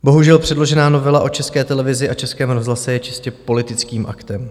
Bohužel předložená novela o České televizi a Českém rozhlase je čistě politickým aktem.